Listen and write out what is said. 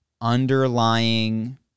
underlying